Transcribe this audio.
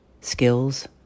skills